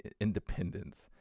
independence